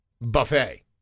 buffet